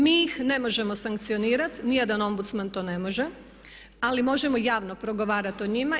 Mi ih ne možemo sankcionirati, ni jedan ombudsman to ne može, ali možemo javno progovarati o njima.